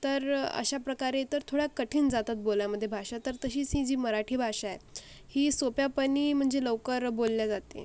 तर अशा प्रकारे तर थोड्या कठीण जातात बोलायमध्ये भाषा तर तशीस ही जी मराठी भाषा आहे ही सोप्यापणी म्हणजे लवकर बोलली जाते